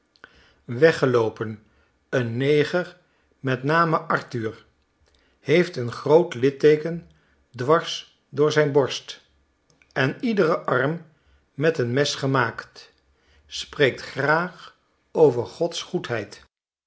weggeloopen een neger met name arthur heeft een groot litteeken dwars door zijn borst en iederen arm met een mes gemaakt spreekt graag over gods goedheid